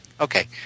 Okay